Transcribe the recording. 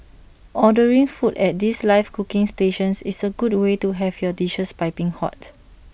ordering foods at these live cooking stations is A good way to have your dishes piping hot